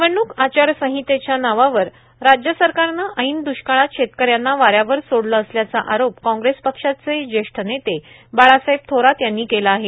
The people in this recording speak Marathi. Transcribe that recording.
निवडणूक आचारसंहितेच्या नावावर राज्य सरकारनं ऐन द्रष्काळात शेतकऱ्यांना वाऱ्यावर सोडलं असल्याचा आरोप काँग्रेस पक्षाचे ज्येष्ठ नेते बाळासाहेब थोरात यांनी केला आहे